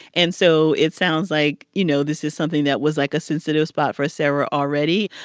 and so it sounds like, you know, this is something that was, like, a sensitive spot for sarah already.